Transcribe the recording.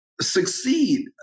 succeed